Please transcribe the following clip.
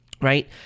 right